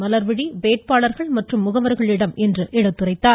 மலர்விழி வேட்பாளர்கள் மற்றும் முகவர்களிடம் இன்று எடுத்துரைத்தார்